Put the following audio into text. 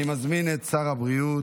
אני מזמין את שר הבריאות,